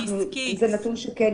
כן,